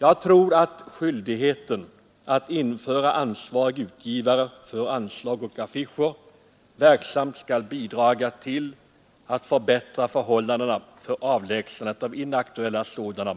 Jag tror att skyldigheten att införa ansvarig utgivare för anslag och affisch verksamt skulle bidra till att förbättra förhållanden för avlägsnandet av inaktuella sådana